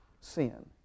sin